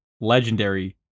legendary